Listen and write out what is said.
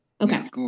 Okay